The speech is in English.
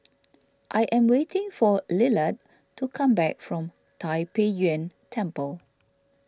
I am waiting for Lillard to come back from Tai Pei Yuen Temple